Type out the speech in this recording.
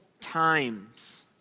times